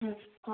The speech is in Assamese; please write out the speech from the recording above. হয় হয়